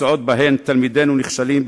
מקצועות שבהם תלמידינו נכשלים,